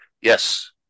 Yes